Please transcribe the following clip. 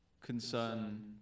concern